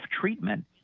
treatment